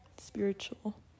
spiritual